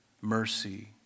Mercy